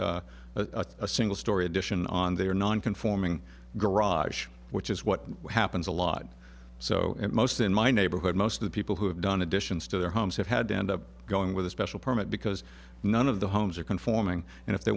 a single storey addition on their non conforming garage which is what happens a lot so most in my neighborhood most of the people who have done additions to their homes have had to end up going with a special permit because none of the homes are conforming and if they